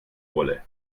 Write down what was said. wolle